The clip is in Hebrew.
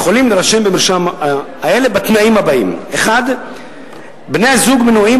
יכולים להירשם במרשם בתנאים הבאים: 1. בני-הזוג מנועים